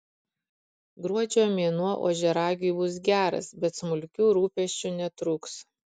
gruodžio mėnuo ožiaragiui bus geras bet smulkių rūpesčių netrūks